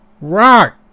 Rock